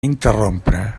interrompre